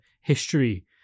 history